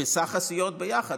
בסך הסיעות ביחד.